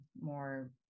more